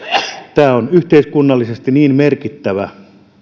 tämä on yhteiskunnallisesti niin merkittävä